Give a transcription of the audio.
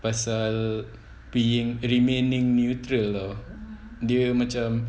pasal being remaining neutral lah dia macam